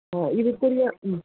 ஆ இது கொஞ்சம் ம்